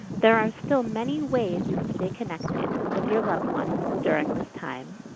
there are still many ways you can stay connected with your loved ones during this time.